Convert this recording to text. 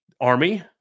Army